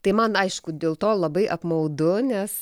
tai man aišku dėl to labai apmaudu nes